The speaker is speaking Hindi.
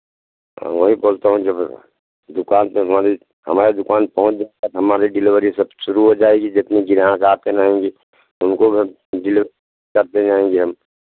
हाँ वही बोलता हूँ जब दुकान पर हमारी हमारे दुकान पर पहुँच जाएगा तो हमारी डिलेवरी सब शुरू हो जाएगी जितने ग्राहक आते रहेंगे तो उनको डिले करते जाएँगे हम